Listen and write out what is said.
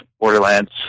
borderlands